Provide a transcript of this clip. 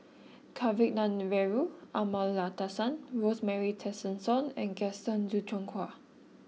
Kavignareru Amallathasan Rosemary Tessensohn and Gaston Dutronquoy